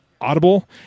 audible